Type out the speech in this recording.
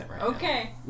Okay